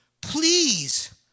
please